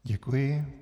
Děkuji.